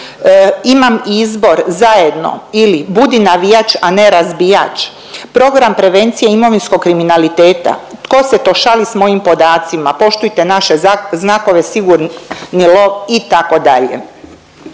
Imam izbor, zajedno ili budi navijač, a ne razbijač, program prevencije imovinskog kriminaliteta, tko se to šali s mojim podacima, poštujte naše znakove, sigurni …/Govornik se